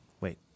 Wait